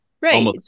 Right